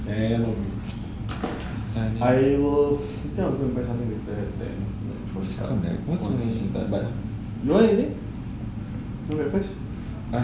damn I will I think I will buy something later you want anything no breakfast